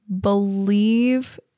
believe